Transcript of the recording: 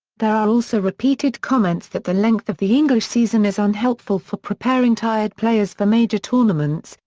there are also repeated comments that the length of the english season is unhelpful for preparing tired players for major tournaments,